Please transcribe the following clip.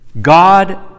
God